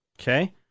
Okay